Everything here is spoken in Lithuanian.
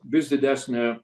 vis didesnė